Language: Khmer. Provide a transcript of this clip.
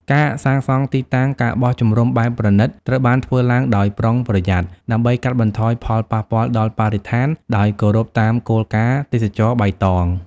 ការសាងសង់ទីតាំង ការបោះជំរំបែបប្រណីត ត្រូវបានធ្វើឡើងដោយប្រុងប្រយ័ត្ន ដើម្បីកាត់បន្ថយផលប៉ះពាល់ដល់បរិស្ថាន ដោយគោរពតាមគោលការណ៍ទេសចរណ៍បៃតង។